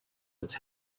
its